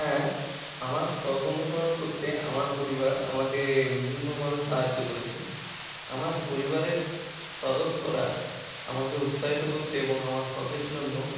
হ্যাঁ আমার শখ অনুসরণ করতে আমার পরিবার আমাকে বিভিন্নভাবে সাহায্য করেছে আমার পরিবারের সদস্যরা আমাকে উৎসাহিত করতে এবং আমার শখের জন্য